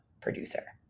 producer